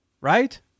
right